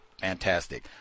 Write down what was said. Fantastic